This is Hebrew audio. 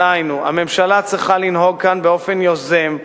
דהיינו, הממשלה צריכה לנהוג כאן באופן יוזם,